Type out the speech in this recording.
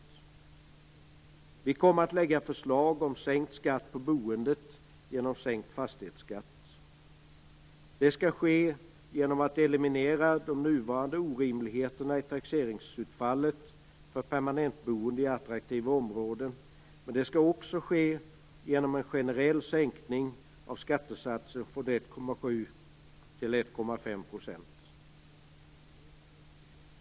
Vi kommer att lägga fram förslag om sänkt skatt på boendet genom sänkt fastighetsskatt. Det skall ske genom att man eliminerar de nuvarande orimligheterna i taxeringsutfallet för permanentboende i attraktiva områden, men det skall också ske genom en generell sänkning av skattesatsen från 1,7 till 1,5 %.